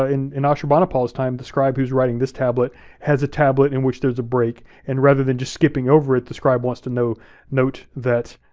ah in in ashurbanipal's time, the scribe who's writing this tablet has a tablet in which there's a break, and rather than just skipping over it, the scribe wants to note note that,